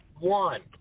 One